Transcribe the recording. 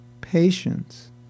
patience